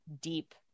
deep